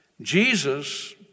Jesus